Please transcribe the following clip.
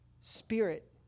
Spirit